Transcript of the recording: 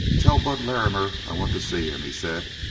tell bud larrimer i want to see him, he said.